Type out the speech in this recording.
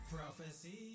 Prophecy